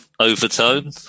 overtone